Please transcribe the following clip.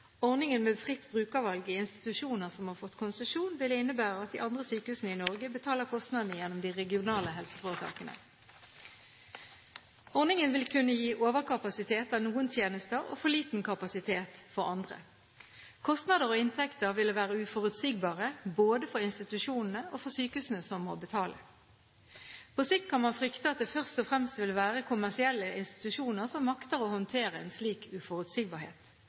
Ordningen med fritt brukervalg i institusjoner som har fått konsesjon, ville innebære at de andre sykehusene i Norge betaler kostnadene gjennom de regionale helseforetakene. Ordningen vil kunne gi overkapasitet av noen tjenester og for liten kapasitet for andre. Kostnader og inntekter vil være uforutsigbare både for institusjonene og for sykehusene som må betale. På sikt kan man frykte at det først og fremst vil være kommersielle institusjoner som makter å håndtere en slik uforutsigbarhet.